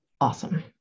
awesome